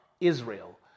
Israel